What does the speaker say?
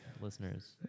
listeners